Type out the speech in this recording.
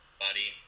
buddy